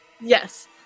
Yes